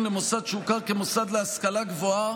למוסד שהוכר כמוסד להשכלה גבוהה,